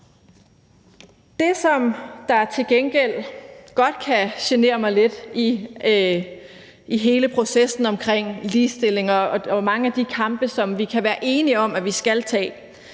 Det, som til gengæld godt kan genere mig lidt i hele processen om ligestilling og mange af de kampe, som vi kan være enige om vi skal tage,